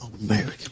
American